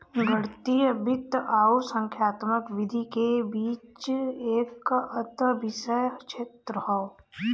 गणितीय वित्त आउर संख्यात्मक विधि के बीच एक अंतःविषय क्षेत्र हौ